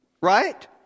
Right